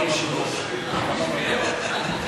באמת.